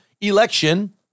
election